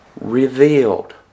Revealed